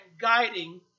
guiding